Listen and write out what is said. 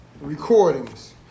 Recordings